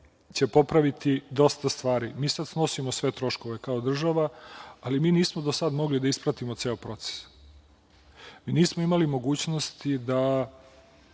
će popraviti dosta stvari. Mi sad snosimo sve troškove, kao država, ali mi nismo do sada mogli da ispratimo ceo proces. Mi nismo imali mogućnosti…